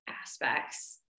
aspects